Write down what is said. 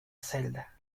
celda